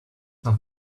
not